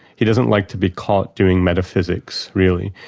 he doesn't like to be caught doing metaphysics really.